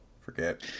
Forget